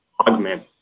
augment